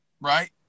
right